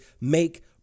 make